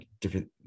different